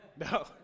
No